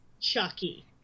chucky